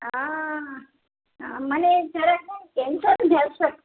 હાં મને જરાક કેન્સરની અસર